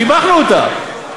שיבחנו אותה.